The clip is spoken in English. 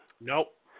Nope